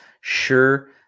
sure